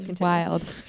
wild